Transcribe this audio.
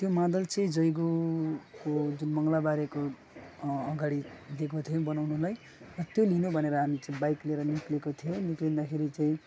त्यो मादल चाहिँ जयगाउँको जुन मङ्लबारेको अगाडि दिएको थियो बनाउनुलाई र त्यो लिनु भनेर हामी त्यो बाइक लिएर निक्लेको थियो निक्लिँदाखेरि चाहिँ